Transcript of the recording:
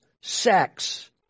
sex